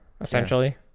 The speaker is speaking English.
essentially